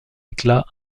éclat